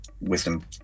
wisdom